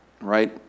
right